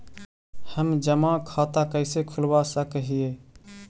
हम जमा खाता कैसे खुलवा सक ही?